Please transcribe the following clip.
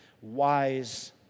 wise